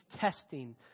testing